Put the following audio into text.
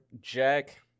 Jack